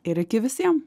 ir iki visiem